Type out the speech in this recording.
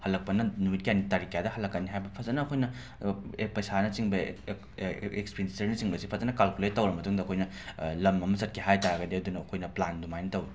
ꯍꯜꯂꯛꯄꯅ ꯅꯨꯃꯤꯠ ꯀꯌꯥꯅꯤ ꯇꯥꯔꯤꯛ ꯀꯌꯥꯗ ꯍꯜꯂꯛꯀꯅꯤ ꯍꯥꯏꯕ ꯐꯖꯅ ꯑꯩꯈꯣꯏꯅ ꯑꯦ ꯄꯩꯁꯥꯅꯆꯤꯡꯕ ꯑꯦ ꯑꯦ ꯑꯦ ꯑꯦ ꯑꯦꯛꯁꯄꯦꯟꯗꯤꯆꯔꯅꯆꯤꯡꯕꯁꯤ ꯐꯖꯅ ꯀꯥꯜꯀꯨꯂꯦꯠ ꯇꯧꯔꯕ ꯃꯇꯨꯡꯗ ꯑꯩꯈꯣꯏꯅ ꯂꯝ ꯑꯃ ꯆꯠꯀꯦ ꯍꯥꯏ ꯇꯥꯔꯒꯗꯤ ꯑꯗꯨꯅ ꯑꯩꯈꯣꯏꯅ ꯄ꯭ꯂꯥꯟ ꯑꯗꯨꯃꯥꯏꯅ ꯇꯧꯋꯤ